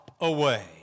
away